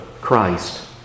Christ